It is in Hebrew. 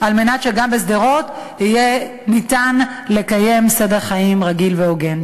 שגם בשדרות אפשר יהיה לקיים סדר חיים רגיל והוגן.